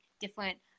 different